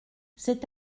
c’est